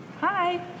Hi